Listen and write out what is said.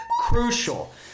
crucial